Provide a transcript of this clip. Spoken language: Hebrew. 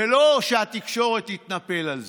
ולא שהתקשורת תתנפל על זה,